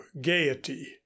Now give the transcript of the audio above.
gaiety